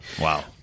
Wow